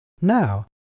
Now